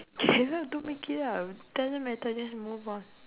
cannot don't make it up doesn't matter just move on